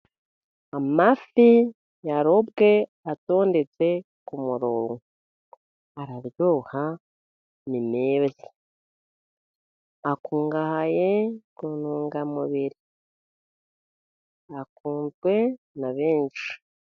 Amafi yarobwe atondetse ku murongo, araryoha, ni meza, akungahaye ku ntungamubiri, akunzwe na benshi.